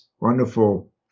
wonderful